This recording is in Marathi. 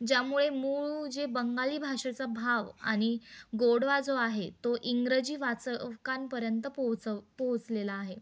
ज्यामुळे मूळ जे बंगाली भाषेचा भाव आणि गोडवा जो आहे तो इंग्रजी वाचकांपर्यंत पोचव पोहोचलेला आहे